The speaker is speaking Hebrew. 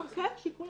כן, שיקול דעתי.